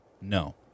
No